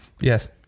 Yes